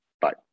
Bye